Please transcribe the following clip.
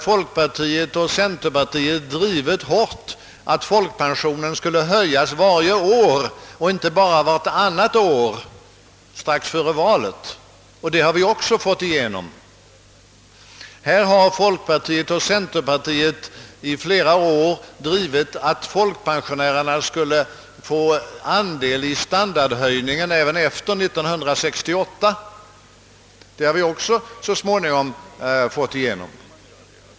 Folkpartiet och centerpartiet har energiskt talat för att folkpensionen skulle höjas varje år och inte bara vartannat år strax före valet, och det har vi också fått igenom. Folkpartiet och centerpartiet har vidare i flera år pläderat för att folkpensionärerna skulle få andel i standardhöjningen även efter 1968. Detta har också så småningom vunnit gehör.